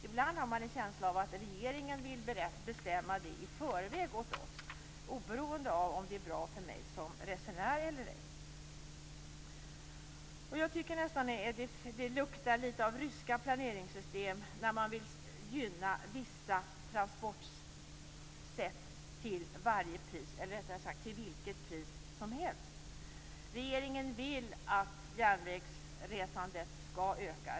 Ibland har man en känsla av att regeringen vill bestämma vad som är bra i förväg åt oss - oberoende av om det är bra för mig som resenär eller ej. Jag tycker nästan att det luktar litet av ryska planeringssystem när man till vilket pris som helst vill gynna vissa transportsätt. Regeringen vill att järnvägsresandet skall öka.